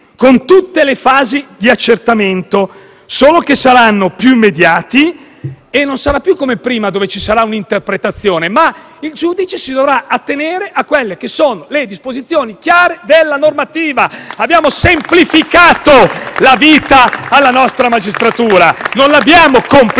con tutte le fasi di accertamento; solo che saranno immediati e non sarà più come prima, per cui ci sarà un interpretazione, ma il giudice si dovrà attenere alle disposizioni chiare della normativa. Abbiamo semplificato la vita alla nostra magistratura, non l'abbiamo complicata.